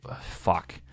Fuck